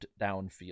downfield